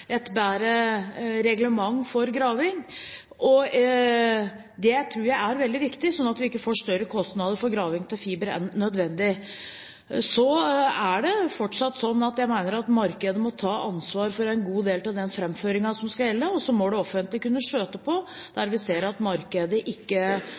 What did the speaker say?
reglement for graving. Det tror jeg er veldig viktig, slik at vi ikke får større kostnader for graving av fiber enn nødvendig. Så er det fortsatt slik at jeg mener at markedet må ta ansvaret for en god del av den framføringen som skal gjelde. Og så må det offentlige kunne